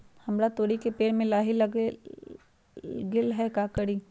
हमरा तोरी के पेड़ में लाही लग गेल है का करी?